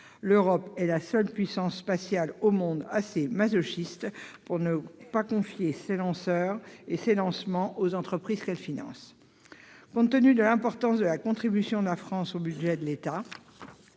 L'Europe est la seule puissance spatiale au monde assez masochiste pour ne pas confier ses lanceurs et ses lancements aux entreprises qu'elle finance. Compte tenu de l'importance de la contribution de la France au budget de l'Agence